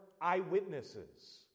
eyewitnesses